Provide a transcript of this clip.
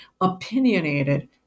opinionated